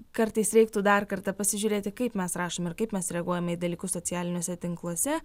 kartais reiktų dar kartą pasižiūrėti kaip mes rašom ir kaip mes reaguojame į dalykus socialiniuose tinkluose